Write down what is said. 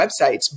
websites